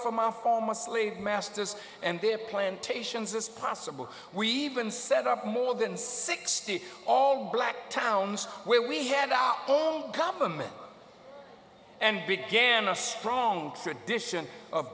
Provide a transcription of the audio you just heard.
foremostly masters and their plantations as possible we even set up more than sixty all black towns where we had our own government and began a strong tradition of